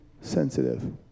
sensitive